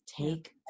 Take